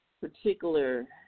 particular